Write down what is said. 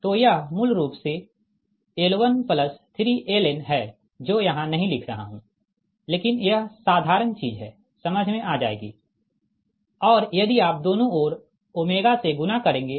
तो यह मूल रूप से L13 Ln है जो यहाँ नहीं लिख रहा हूँ लेकिन यह साधारण चीज है समझ में आ जाएगी और यदि आप दोनों ओर ओमेगा से गुणा करेंगे